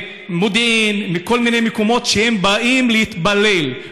ממודיעין, מכל מיני מקומות כשהם באים להתפלל.